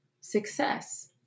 success